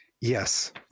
yes